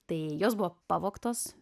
tai jos buvo pavogtos